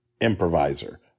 improviser